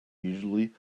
usually